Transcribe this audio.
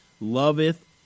loveth